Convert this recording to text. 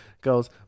goes